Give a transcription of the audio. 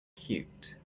cute